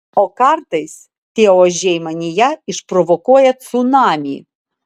o kartais tie ožiai manyje išprovokuoja cunamį